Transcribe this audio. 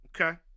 Okay